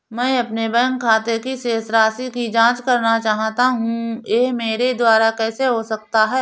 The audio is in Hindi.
मैं अपने बैंक खाते की शेष राशि की जाँच करना चाहता हूँ यह मेरे द्वारा कैसे हो सकता है?